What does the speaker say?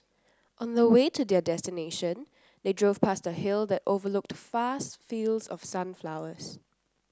on the way to their destination they drove past a hill that overlooked vast fields of sunflowers